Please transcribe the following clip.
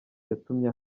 yatumye